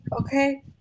Okay